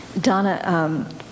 Donna